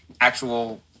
actual